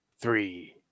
three